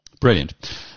Brilliant